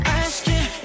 asking